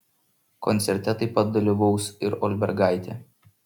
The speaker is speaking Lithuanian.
koncerte taip pat dalyvaus ir olbergaitė